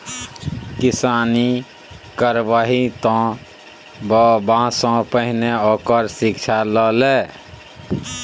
किसानी करबही तँ बबासँ पहिने ओकर शिक्षा ल लए